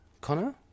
Connor